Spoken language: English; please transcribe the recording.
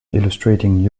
illustrating